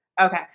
Okay